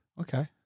Okay